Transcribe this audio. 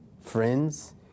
friends